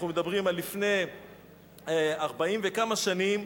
אנחנו מדברים על לפני 40 וכמה שנים.